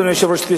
אדוני היושב-ראש,